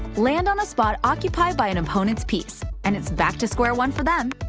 land on a spot occupied by an opponent's piece, and it's back to square one for them!